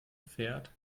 fährt